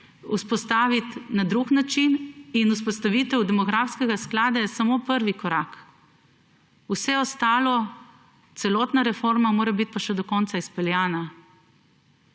vzpostaviti na drug način. Vzpostavitev demografskega sklada je samo prvi korak, vse ostalo, celotna reforma mora biti pa še do konca izpeljana.